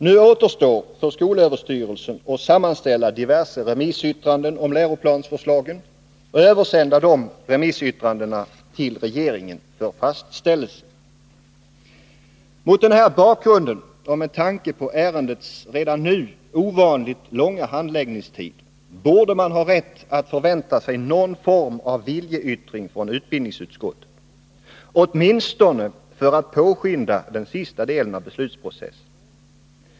Nu återstår för skolöverstyrelsen att sammanställa diverse remissyttranden om läroplansförslagen och översända dessa till regeringen för fastställelse. Mot denna bakgrund och med tanke på ärendets redan nu ovanligt långa handläggningstid borde man ha rätt att förvänta sig någon form av viljeyttring från utbildningsutskottet — åtminstone för att påskynda den sista delen av beslutsprocessen.